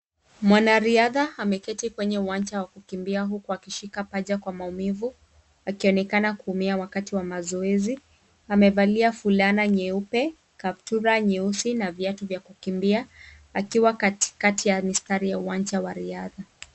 Mwanariadha ameketi kwenye uwanja wa kukimbia huku akishika paja kwa maumivu, akionekana kuumia wakati wa mazoezi. Amevalia fulana nyeupe, kaptura nyeusi na viatu vya kukimbia akiwa katikati ya mistari ya uwanja wa riadha.